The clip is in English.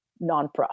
nonprofit